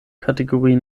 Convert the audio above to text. kategorie